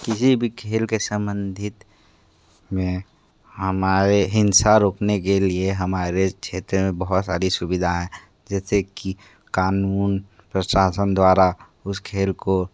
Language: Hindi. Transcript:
किसी भी खेल के संबंधित में हमारे हिंसा रोकने के लिए हमारे क्षेत्र में बहुत सारी सुविधाएँ जैसे कि कानून प्रशासन द्वारा उस खेल को